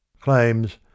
claims